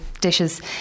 dishes